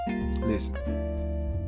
Listen